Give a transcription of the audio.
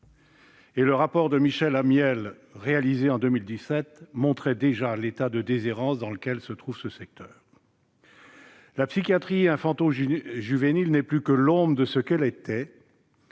Le rapport de Michel Amiel réalisé en 2017 montrait déjà l'état de déshérence dans lequel se trouve ce secteur. La psychiatrie infanto-juvénile n'est plus que l'ombre de ce qu'elle était.